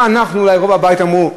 מה אנחנו, רוב הבית, אמרנו?